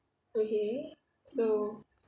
okay so